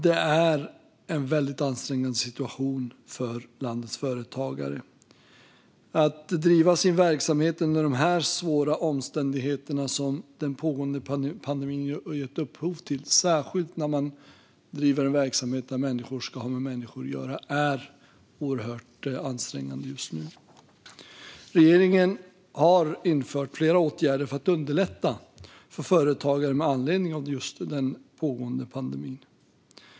Det är en väldigt ansträngande situation för landets företagare att driva sin verksamhet under de svåra omständigheter som den pågående pandemin har gett upphov till, särskilt när man driver en verksamhet där människor ska ha med människor att göra. Regeringen har infört flera åtgärder för att underlätta för företagare med anledning av den pågående pandemin.